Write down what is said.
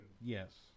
Yes